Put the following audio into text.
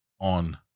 on